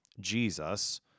Jesus